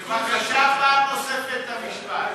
בבקשה, פעם נוספת את המשפט.